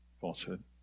falsehood